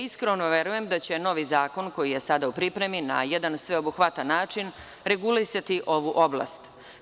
Iskreno verujem da će novi zakon koji je sada u pripremi na jedan sveobuhvatan način regulisati ovu oblast.